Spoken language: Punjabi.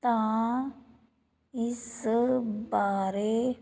ਤਾਂ ਇਸ ਬਾਰੇ